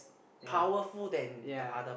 yeah yeah